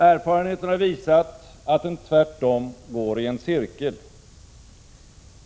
Erfarenheten har visat att den tvärtom går i en cirkel.